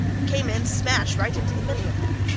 we came in, smash right into the middle of them.